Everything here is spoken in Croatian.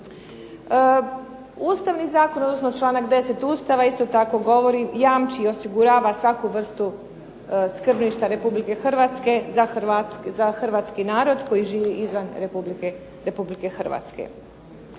Ustavni zakon, odnosno članak 10. Ustava isto tako govori, jamči i osigurava svaku vrstu skrbništva Republike Hrvatske za hrvatski narod koji živi izvan Republike Hrvatske.